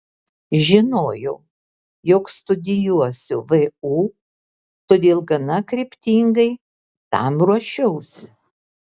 žinojau jog studijuosiu vu todėl gana kryptingai tam ruošiausi